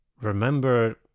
remember